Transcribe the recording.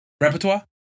Repertoire